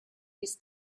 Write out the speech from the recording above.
bis